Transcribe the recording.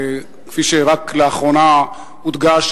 כפי שרק לאחרונה הודגש,